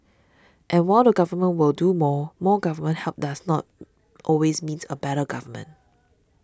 and while the Government will do more more government help does not always means a better government